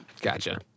Gotcha